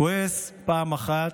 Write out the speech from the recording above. כועס, פעם אחת,